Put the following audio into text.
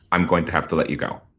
i'm going to have to let you go.